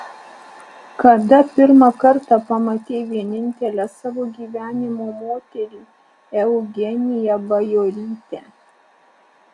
kada pirmą kartą pamatei vienintelę savo gyvenimo moterį eugeniją bajorytę